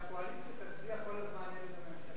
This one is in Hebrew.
את מציעה שהקואליציה תצביע כל הזמן נגד הממשלה.